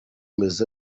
bimeze